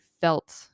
felt